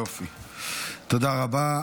יופי, תודה רבה.